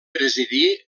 presidí